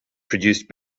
produced